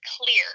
clear